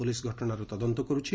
police ଘଟଣାର ତଦନ୍ତ କରୁଛି